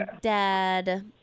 Dad